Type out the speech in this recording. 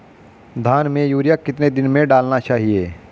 धान में यूरिया कितने दिन में डालना चाहिए?